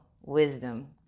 wisdom